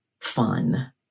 fun